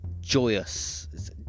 joyous